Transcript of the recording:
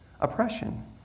oppression